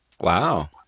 wow